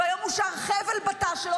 והיום הושאר חבל בתא שלו,